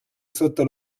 sotto